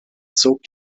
zog